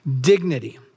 Dignity